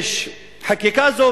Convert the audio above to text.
5. חקיקה זו,